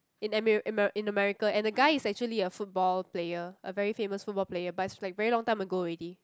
in ameri~ amera~ am in America and the guy is actually a football player a very famous football player but is like very long time ago already